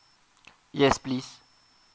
yes please